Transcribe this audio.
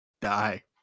Die